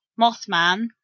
Mothman